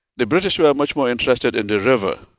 the british were much more interested in the river,